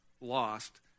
lost